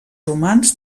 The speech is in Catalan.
romans